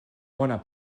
bona